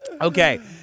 Okay